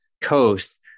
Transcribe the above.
coast